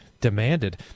demanded